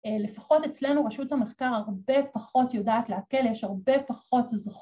‫לפחות אצלנו רשות המחקר ‫הרבה פחות יודעת להקל, ‫יש הרבה פחות זכויות.